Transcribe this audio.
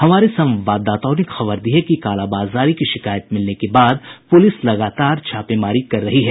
हमारे संवाददाताओं ने खबर दी है कि कालाबाजारी की शिकायत मिलने के बाद पुलिस लगातार छापेमारी कर रही है